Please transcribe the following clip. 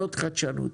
זאת חדשנות,